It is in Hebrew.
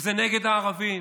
וזה נגד הערבים.